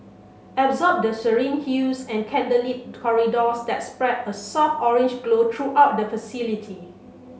absorb the serene hues and candlelit corridors that spread a soft orange glow throughout the facility